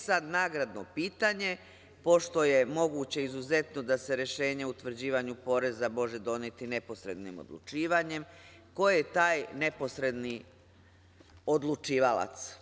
Sad, nagradno pitanje, pošto je moguće izuzetno da se rešenje o utvrđivanju poreza može doneti neposrednim odlučivanjem, ko je taj neposredni odlučivalac?